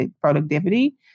productivity